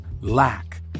lack